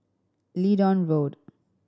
Leedon Road